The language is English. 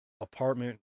apartment